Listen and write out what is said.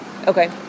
Okay